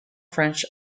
french